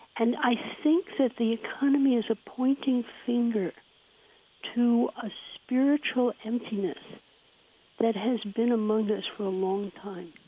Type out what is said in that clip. and i think that the economy is a pointing finger to a spiritual emptiness that has been among us for a long time